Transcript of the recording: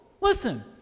Listen